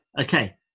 Okay